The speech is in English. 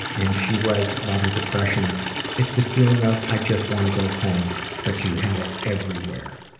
and she writes about her depression it's the feeling of, i just want to go home but you have it everywhere,